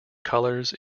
colors